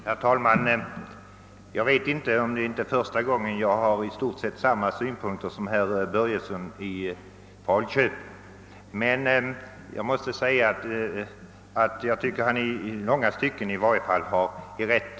Herr talman! Jag vet inte om det är första gången jag har i stort sett samma synpunkter i en fråga som herr Börjesson i Falköping. När det gäller denna fråga kan jag emellertid säga att han i långa stycken har rätt.